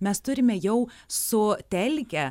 mes turime jau sutelkę